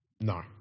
No